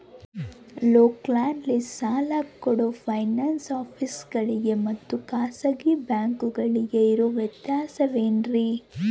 ಲೋಕಲ್ನಲ್ಲಿ ಸಾಲ ಕೊಡೋ ಫೈನಾನ್ಸ್ ಆಫೇಸುಗಳಿಗೆ ಮತ್ತಾ ಖಾಸಗಿ ಬ್ಯಾಂಕುಗಳಿಗೆ ಇರೋ ವ್ಯತ್ಯಾಸವೇನ್ರಿ?